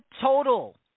total